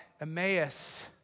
Emmaus